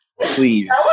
Please